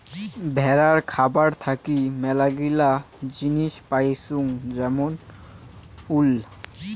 ভেড়ার খাবার থাকি মেলাগিলা জিনিস পাইচুঙ যেমন উল